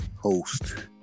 host